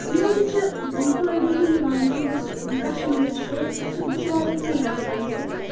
یِمو سۭتۍ چھِ فٲیدٕ یہِ یِوان کہِ یُس کَشمیٖر چھُ سُہ یہِ چھُ واریاہ فیمَس اَمہِ سۭتۍ